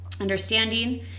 understanding